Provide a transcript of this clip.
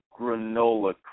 granola